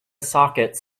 sockets